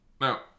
Now